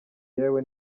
yewe